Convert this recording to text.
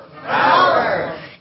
Power